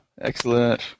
Excellent